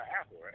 Apple